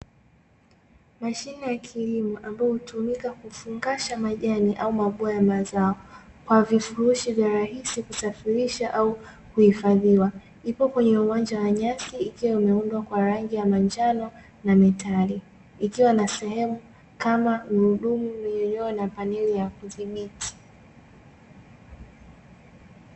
Mashine ya kilimo ambayo hutumika kufungasha majani au mabua ya mazao, kwa vifurushi vya rahisi kusafirisha au kuhifadhiwa. Ipo kwenye uwanja wa nyasi ikiwa imeundwa kwa rangi ya manjano na mistari, ikiwa na sehemu kama gurudumu lillilo na paneli ya kudhibiti.